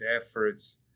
efforts